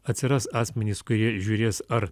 atsiras asmenys kurie žiūrės ar